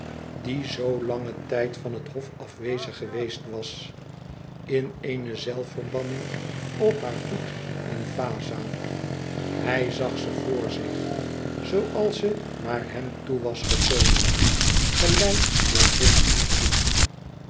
die zoo langen tijd van het hof afwezig geweest was in eene zelfverbanning op haar goed in vaza hij zag ze voor zich zooals ze naar hem toe was gekomen geleid door prins